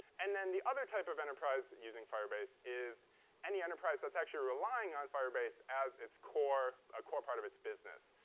and then the other type of enterprise using firebase is any enterprise that's actually relying on firebase as a core ah core part of its business.